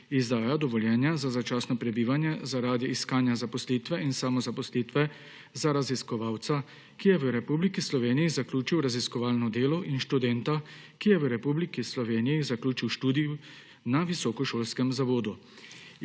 izdaja dovoljenja za začasno prebivanje zaradi iskanja zaposlitve in samozaposlitve za raziskovalca, ki je v Republiki Sloveniji zaključil raziskovalno delo, in študenta, ki je v Republiki Sloveniji zaključil študij na visokošolskem zavodu,